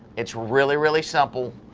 it's really really simple.